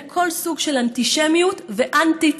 כל סוג של אנטישמיות ואנטי-ציוניות.